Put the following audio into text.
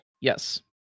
Yes